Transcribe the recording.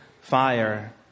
fire